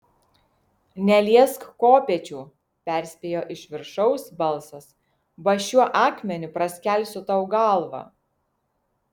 neliesk kopėčių perspėjo iš viršaus balsas ba šiuo akmeniu praskelsiu tau galvą